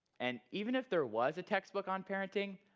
and even if there was a textbook on parenting,